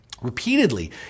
Repeatedly